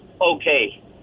okay